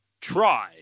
Try